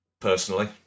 personally